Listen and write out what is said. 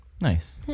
Nice